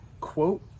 quote